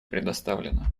предоставлена